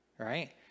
Right